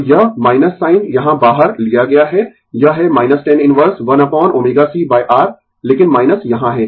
तो यह - साइन यहाँ बाहर लिया गया है यह है tan inverse 1 upon ω c R लेकिन यहाँ है